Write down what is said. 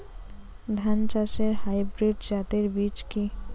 ধান চাষের হাইব্রিড জাতের বীজ কি?